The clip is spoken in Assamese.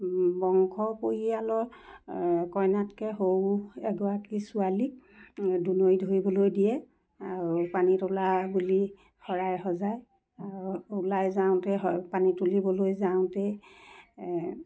বংশ পৰিয়ালৰ কইনাতকৈ সৰু এগৰাকী ছোৱালীক দুনৰী ধৰিবলৈ দিয়ে আৰু পানী তোলা বুলি শৰাই সজায় আৰু ওলাই যাওঁতেই স পানী তুলিবলৈ যাওঁতেই